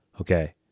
okay